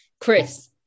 Chris